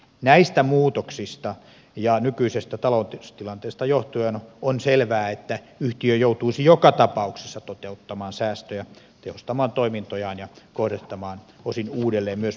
näistä muutoksista ja nykyisestä taloustilanteesta johtuen on selvää että yhtiö joutuisi joka tapauksessa toteuttamaan säästöjä tehostamaan toimintojaan ja kohdentamaan osin uudelleen myös resursseja